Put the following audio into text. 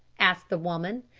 asked the woman.